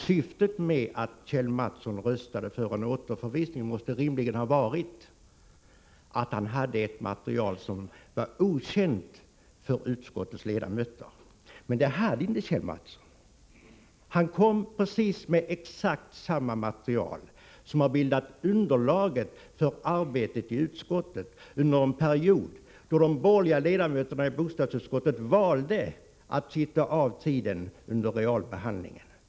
Syftet med att Kjell Mattsson röstade för en återförvisning måste rimligen ha varit att han hade ett material som var okänt för utskottets ledamöter, men det hade Kjell Mattsson inte. Han kom med exakt samma material som har bildat underlaget för arbetet i utskottet under en period då de borgerliga ledamöterna i bostadsutskottet valde att sitta av tiden under realbehandlingen.